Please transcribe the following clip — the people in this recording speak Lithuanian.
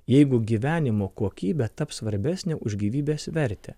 jeigu gyvenimo kokybė taps svarbesnė už gyvybės vertę